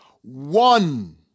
one